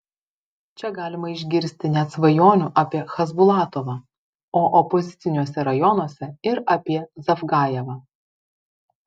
čia galima išgirsti net svajonių apie chasbulatovą o opoziciniuose rajonuose ir apie zavgajevą